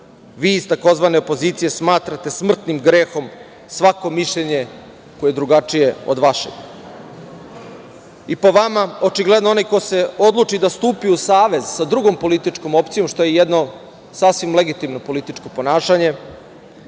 vi iz tzv. opozicije smatrate smrtnim grehom svako mišljenje koje je drugačije od vašeg. Po vama očigledno onaj koji se odluči da stupi u savez sa drugom političkom opcijom, što je jedno sasvim legitimno političko ponašanje,